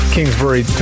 Kingsbury